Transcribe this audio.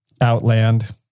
outland